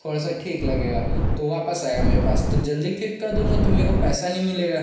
थोड़ा सा ठीक लगेगा तो वापस आएगा मेरे पास तो जल्दी फिर कर दूँगा तो मेरे को पैसा नहीं मिलेगा